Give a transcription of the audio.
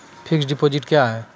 Fixed deposit क्या हैं?